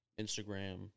Instagram